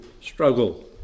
struggle